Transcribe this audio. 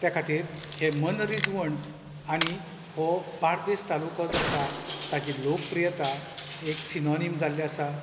त्या खातीर हें मनरीजवण आनी हो बोर्देस तालुको जो आसा ताची लोकप्रियता एक सिनोनीम जाल्लें आसा